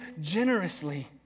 generously